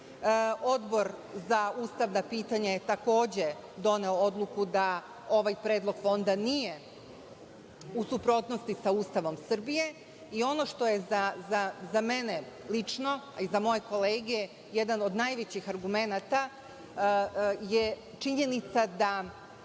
Odbor za ustavna pitanja je takođe doneo odluku da ovaj predlog fonda nije u suprotnosti sa Ustavom Srbije, i ono što je za mene lično, a i za moje kolege jedan od najvećih argumenata je činjenica da